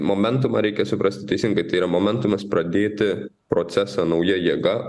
momentumą reikia suprasti teisingai tai yra momentumas pradėti procesą nauja jėga